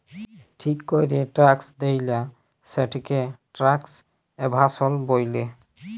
ঠিক ক্যরে ট্যাক্স দেয়লা, সেটকে ট্যাক্স এভাসল ব্যলে